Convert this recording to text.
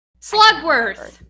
slugworth